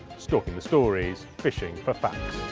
stalking the stories. fishing for facts.